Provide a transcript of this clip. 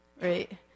Right